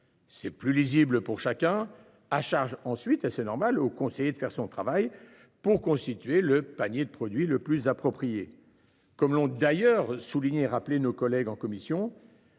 C'est plus lisibles pour chacun, à charge ensuite et c'est normal au conseiller de faire son travail pour constituer le panier de produits le plus approprié comme l'ont d'ailleurs souligné rappelé nos collègues en commission,